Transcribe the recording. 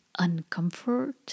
uncomfort